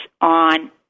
on